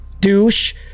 Douche